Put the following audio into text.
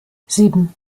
sieben